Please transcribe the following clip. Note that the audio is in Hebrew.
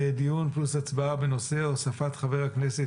נתחיל בדיון פלוס הצבעה בנושא הוספת חבר הכנסת